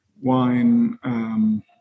wine